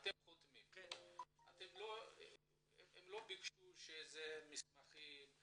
הם לא ביקשו מסמכים,